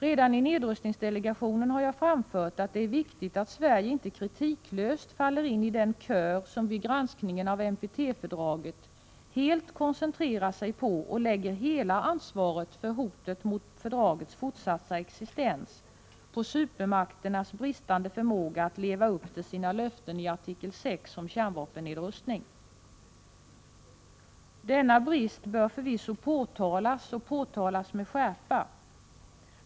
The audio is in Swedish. Redan i nedrustningsdelegationen framförde jag att det är viktigt att Sverige inte kritiklöst faller in i den kör som vid granskningen av NPT fördraget helt koncentrerar sig på och lägger hela ansvaret för hotet mot fördragets fortsatta existens på supermakternas bristande förmåga att leva upp till sina löften i artikel 6 om kärnvapennedrustning. Denna brist bör förvisso påtalas med skärpa.